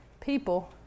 people